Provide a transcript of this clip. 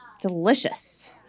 Delicious